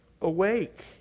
awake